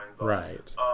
Right